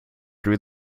threw